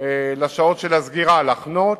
לשעות הסגירה לחנות,